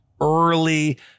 early